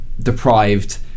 deprived